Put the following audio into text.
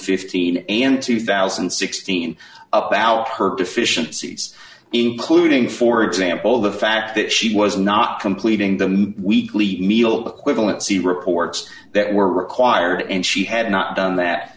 fifty two thousand and sixteen about her deficiencies including for example the fact that she was not completing the weekly meal equivalency reports that were required and she had not done that